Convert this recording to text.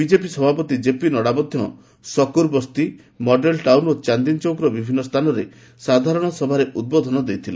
BJP ସଭାପତି କେପି ନଡ୍ରା ମଧ୍ୟ ସକୁରବସ୍ତି ମଡେଲ ଟାଉନ୍ ଓ ଚାନ୍ଦିନୀଚୌକର ବିଭିନ୍ନ ସ୍ଥାନରେ ସାଧାରଣ ସଭାରେ ଉଦ୍ବୋଧନ ଦେଇଥିଲେ